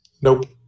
Nope